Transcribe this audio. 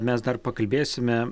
mes dar pakalbėsime